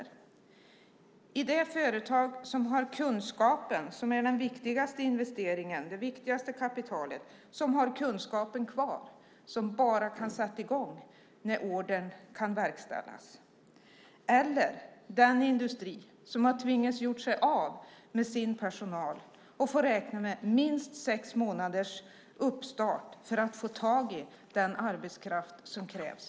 Är det i det företag som har kunskapen - som är den viktigaste investeringen och kapitalet - och som kan sätta i gång direkt när ordern kan verkställas? Eller är det i den industri som har tvingats göra sig av med sin personal och får räkna med minst sex månaders uppstart för att få tag i den arbetskraft som krävs?